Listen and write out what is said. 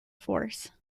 force